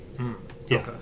Okay